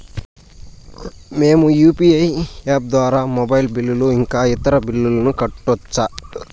మేము UPI app ద్వారా mobile bill ఇంకా ఇతర బిల్లులను కట్టొచ్చు